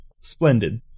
splendid